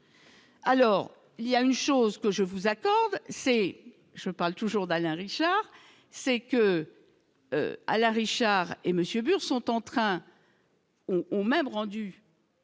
Alors il y a une chose que je vous accorde, c'est je parle toujours d'Alain Richard c'est que Alain Richard et monsieur Bur sont entrain au même rendu.